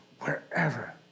wherever